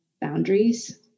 boundaries